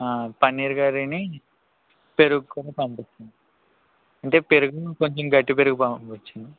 ఆ పన్నీర్ కర్రీని పెరుగు కుడా పంపించండి అంటే పెరుగు కొంచెం గట్టి పెరుగు పంపించండి